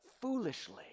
foolishly